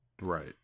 Right